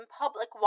public